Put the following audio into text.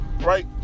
right